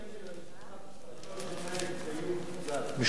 אולי כדאי להזכיר את שם משפחתו של נאיף כיוף ז"ל.